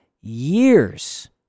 years